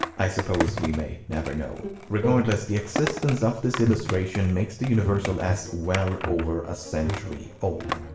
i suppose we may never know. regardless, the existence of this illustration makes the universal s well over a century old.